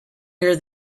near